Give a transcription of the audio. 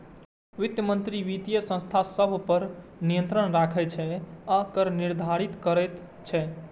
वित्त मंत्री वित्तीय संस्था सभ पर नियंत्रण राखै छै आ कर निर्धारित करैत छै